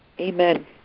Amen